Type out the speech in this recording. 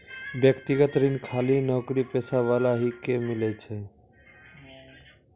व्यक्तिगत ऋण खाली नौकरीपेशा वाला ही के मिलै छै?